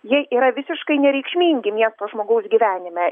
jie yra visiškai nereikšmingi miesto žmogaus gyvenime